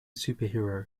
superhero